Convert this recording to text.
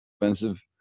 expensive